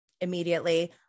immediately